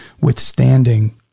withstanding